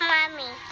Mommy